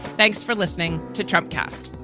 thanks for listening to trump cast